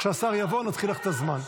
כשהשר יבוא, נתחיל לך את הזמן.